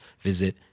visit